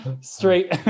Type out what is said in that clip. straight